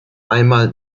einmal